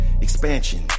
expansion